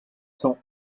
cent